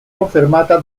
confermata